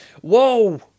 Whoa